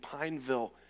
Pineville